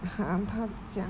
!huh! 他讲